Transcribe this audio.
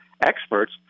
experts